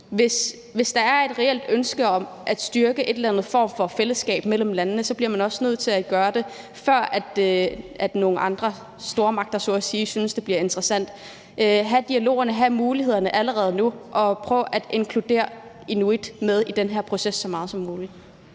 Hvis der er et reelt ønske om at styrke en eller anden form for fællesskab mellem landene, bliver man også nødt til at gøre det, før nogle andre stormagter synes, at det så at sige bliver interessant, altså have dialogen, have mulighederne allerede nu og prøve at inkludere inuit i den her proces så meget som muligt.